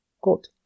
Good